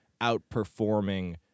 outperforming